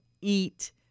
eat